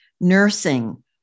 nursing